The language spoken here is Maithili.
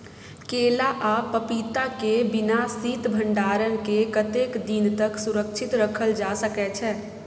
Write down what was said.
केला आ पपीता के बिना शीत भंडारण के कतेक दिन तक सुरक्षित रखल जा सकै छै?